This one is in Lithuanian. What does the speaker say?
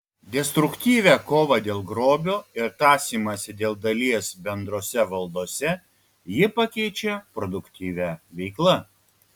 destruktyvią kovą dėl grobio ir tąsymąsi dėl dalies bendrose valdose ji pakeičia produktyvia veikla